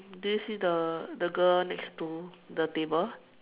did you see the the girl next to the table